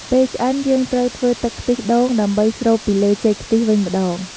ពេលឆ្អិន យើងត្រូវធ្វើទឺកខ្ទិះដូងដើម្បីស្រូបពីលើចេកខ្ទះវិញម្តង។